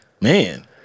Man